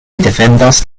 defendas